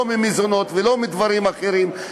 לא ממזונות ולא מדברים אחרים,